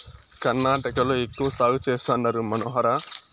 కర్ణాటకలో ఎక్కువ సాగు చేస్తండారు మనోహర